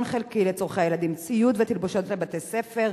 חלקי לצורכי הילדים: ציוד ותלבושות לבתי-ספר,